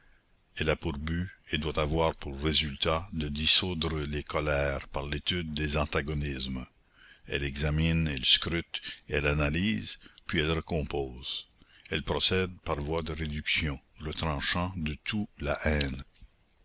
elle a pour but et doit avoir pour résultat de dissoudre les colères par l'étude des antagonismes elle examine elle scrute elle analyse puis elle recompose elle procède par voie de réduction retranchant de tout la haine